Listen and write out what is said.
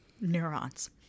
Neurons